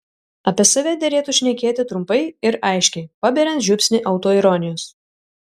apie save derėtų šnekėti trumpai ir aiškiai paberiant žiupsnį autoironijos